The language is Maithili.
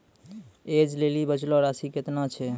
ऐज लेली बचलो राशि केतना छै?